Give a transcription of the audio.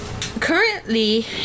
currently